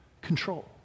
control